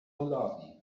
malawi